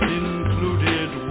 included